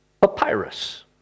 Papyrus